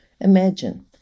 Imagine